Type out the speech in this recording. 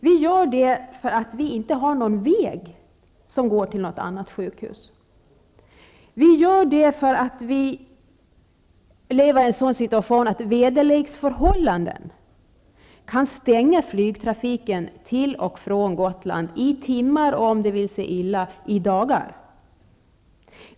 Vi gör det för att vi inte har någon väg som går till något annat sjukhus. Vi gör det för att vi lever i en sådan situation att väderleksförhållanden kan stänga flygtrafiken till och från Gotland i timmar och, om det vill sig illa, i dagar.